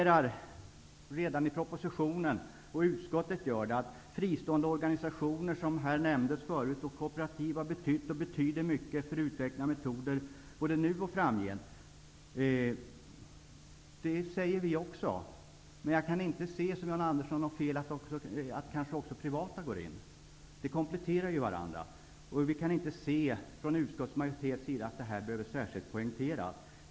Redan i propositionen poängteras, och utskottet gör det också, att fristånde organisationer, vilka nämndes här förut, och kooperativ betyder mycket för utvecklingen av metoder både nu och framgent. Men jag kan inte som Jan Andersson se något fel i att kanske också privata intressen går in. De kompletterar ju varandra. Utskottsmajoriteten kan inte se att det särskilt behöver poängteras.